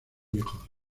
hijos